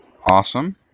Awesome